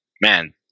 man